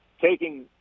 taking